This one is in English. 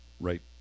right